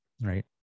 right